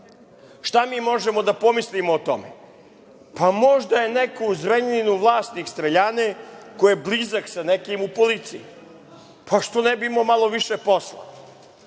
Šta možemo da pomislimo o tome? Možda je neko u Zrenjaninu vlasnik streljane, ko je blizak sa nekim u policiji, pa što ne bi imao malo više posla?